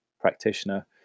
practitioner